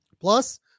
plus